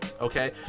okay